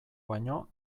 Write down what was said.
baino